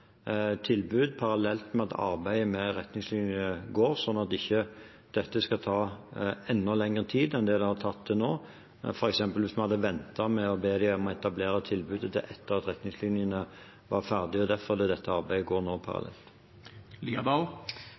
tilbud parallelt med arbeidet med retningslinjene, slik at dette ikke skal ta enda lengre tid enn det har tatt til nå – hvis vi f.eks. hadde ventet med å be dem om å etablere tilbud til etter at retningslinjene var ferdig. Det er derfor dette arbeidet nå går parallelt.